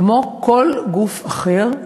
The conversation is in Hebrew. כמו כל גוף אחר.